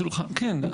כן.